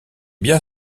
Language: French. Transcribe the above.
bien